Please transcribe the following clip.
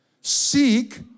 seek